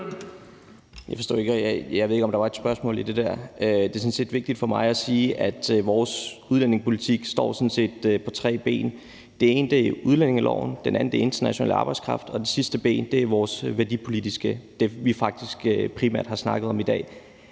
Jeg forstår det ikke. Jeg ved ikke, om der var et spørgsmål i det der. Det er sådan set vigtigt for mig at sige, at vores udlændingepolitik står sådan set på tre ben. Det ene er udlændingeloven, det andet er international arbejdskraft, og det sidste ben er vores værdipolitik – det, vi faktisk primært har talt om i dag.